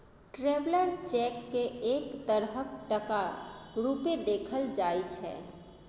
traveller cheque केँ एक तरहक टका रुपेँ देखल जाइ छै